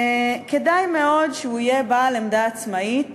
כדאי מאוד שהוא יהיה בעל עמדה עצמאית